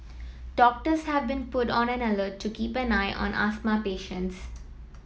doctors have been put on alert to keep an eye on asthma patients